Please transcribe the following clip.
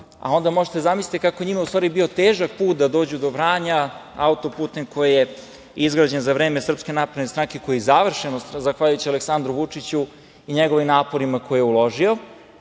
a onda možete da zamislite kako je njima u stvari bio težak put da dođu do Vranja autoputem koji je izgrađen za vreme SNS, koji je završen zahvaljujući Aleksandru Vučiću i njegovim naporima koje je uložio.